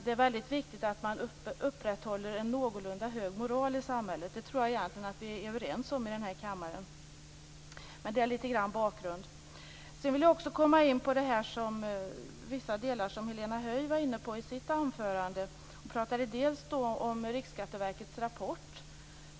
Det är väldigt viktigt att man upprätthåller en någorlunda hög moral i samhället. Det tror jag egentligen att vi är överens om i denna kammare. Detta var lite bakgrund. Sedan vill jag också komma in på vissa delar som Helena Höij tog upp i sitt anförande. Hon talade om Riksskatteverkets rapport.